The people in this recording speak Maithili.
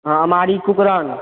हँ अमाड़ि कुपरान